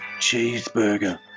cheeseburger